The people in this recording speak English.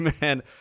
man